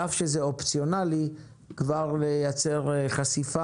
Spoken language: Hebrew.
על אף שזה אופציונלי, כבר לייצר חשיפה,